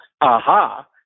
aha